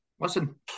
Listen